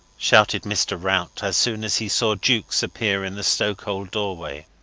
shouted mr. rout, as soon as he saw jukes appear in the stokehold doorway.